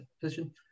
position